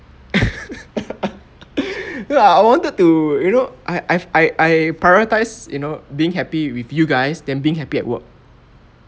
ah I wanted to you know I I I I prioritize you know being happy with you guys than being happy at work